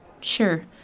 sure